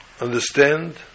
understand